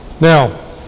Now